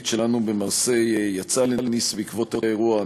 שלנו במרסיי יצאה לניס בעקבות האירוע,